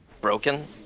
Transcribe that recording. broken